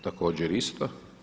Također isto.